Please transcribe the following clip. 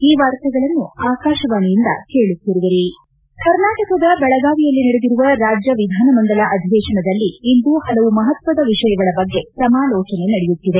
ಈ ವಾರ್ತೆಗಳನ್ನು ಆಕಾಶವಾಣೆಯಿಂದ ಕೇಳುತ್ತಿದ್ದೀರಿ ಕರ್ನಾಟಕದ ಬೆಳಗಾವಿಯಲ್ಲಿ ನಡೆದಿರುವ ರಾಜ್ಯ ವಿಧಾನಮಂಡಲ ಅಧಿವೇಶನದಲ್ಲಿ ಇಂದು ಹಲವು ಮಹತ್ವದ ವಿಷಯಗಳ ಬಗ್ಗೆ ಸಮಾಲೋಚನೆ ನಡೆಯುತ್ತಿದೆ